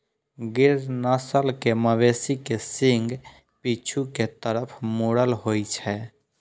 गिर नस्ल के मवेशी के सींग पीछू के तरफ मुड़ल होइ छै